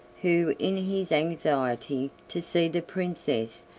who, in his anxiety to see the princess,